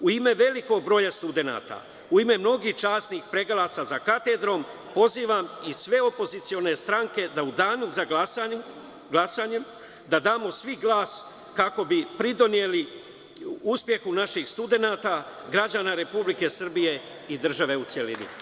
U ime velikog broja studenata, u ime mnogih časnih predavalaca za katedrom, pozivam sve opozicione stranke da u danu za glasanje, da damo svi glas kako bi pridoneli uspehu naših studenata, građana Republike Srbije i države u celini.